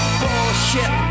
bullshit